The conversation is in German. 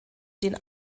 den